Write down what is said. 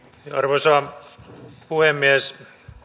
arvoisa puhemies